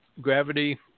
Gravity